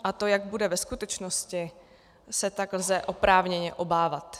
A to, jak to bude ve skutečnosti, se tak lze oprávněně obávat.